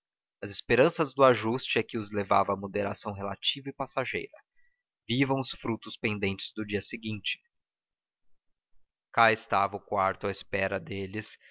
a esperança do ajuste é que os levava à moderação relativa e passageira vivam os frutos pendentes do dia seguinte cá estava o quarto à espera deles